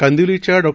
कांदिवलीच्याडॉ